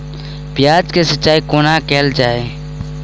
प्याज केँ सिचाई कोना कैल जाए?